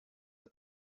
het